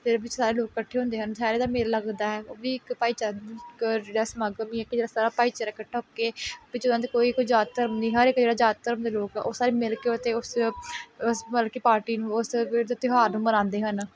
ਫਿਰ ਵੀ ਸਾਰੇ ਲੋਕ ਇਕੱਠੇ ਹੁੰਦੇ ਹਨ ਦੁਸਹਿਰੇ ਦਾ ਮੇਲਾ ਲੱਗਦਾ ਹੈ ਉਹ ਵੀ ਇੱਕ ਭਾਈਚਾਰੇ ਦਾ ਇਕ ਜਿਹੜਾ ਸਮਾਗਮ ਹੀ ਹੈ ਕਿ ਜਿਹੜਾ ਭਾਈਚਾਰਾ ਇਕੱਠਾ ਹੋ ਕੇ ਵਿਚ ਉਹਨਾਂ ਦੀ ਕੋਈ ਕੋਈ ਜਾਤ ਧਰਮ ਨਹੀਂ ਹਰ ਇੱਕ ਜਿਹੜਾ ਜਾਤ ਧਰਮ ਦੇ ਲੋਕ ਉਹ ਸਾਰੇ ਮਿਲ ਕੇ ਅਤੇ ਉਸ ਉਸ ਮਤਲਬ ਕਿ ਪਾਰਟੀ ਨੂੰ ਉਸ ਤਿਉਹਾਰ ਨੂੰ ਮਨਾਉਂਦੇ ਹਨ